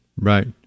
Right